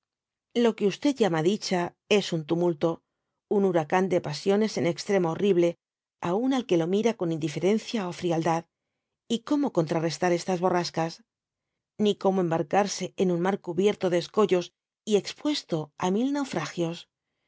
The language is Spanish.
lo que llama dicha es un tumulto un huracán de pasiones en extremo horrible aun al que lo mira con indiferencia d frialdad y como eontrarestar estas borrascas ni como embarcarse en un mar cubierto de escollos y expuesto á mil naufragios